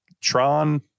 Tron